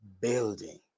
building